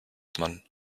man